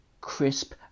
Crisp